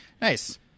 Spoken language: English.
Nice